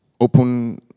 open